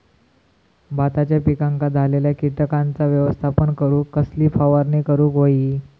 भाताच्या पिकांक झालेल्या किटकांचा व्यवस्थापन करूक कसली फवारणी करूक होई?